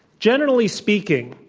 generally speaking,